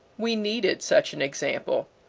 we needed such an example.